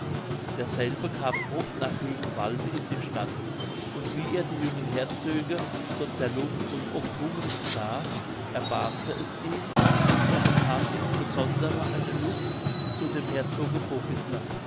derselbe kam oft nach rügenwalde in die stadt und wie er die jungen herzöge so zerlumpt und oft hungrig sah erbarmte es ihn und er bekam insbesondere eine lust zu dem herzoge